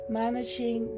managing